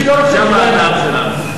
משם בא הזעם שלנו.